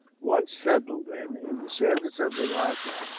once settled, then, in the service of the rajah,